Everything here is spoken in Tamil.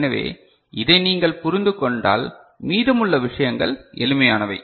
எனவே இதை நீங்கள் புரிந்து கொண்டால் மீதமுள்ள விஷயங்கள் எளிமையானவை